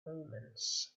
omens